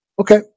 Okay